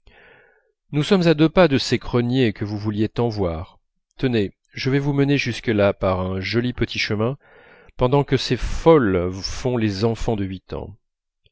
nous sommes à deux pas de ces creuniers que vous vouliez tant voir tenez je vais vous mener jusque-là par un joli petit chemin pendant que ces folles font les enfants de huit ans